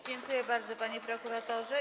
Dziękuję bardzo, panie prokuratorze.